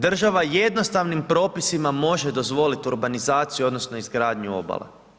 Država jednostavnim propisima može dozvoliti urbanizaciju odnosno izgradnju obale.